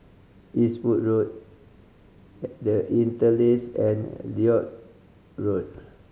Eastwood Road The Interlace and Lloyd Road